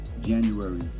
January